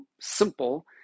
simple